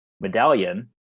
medallion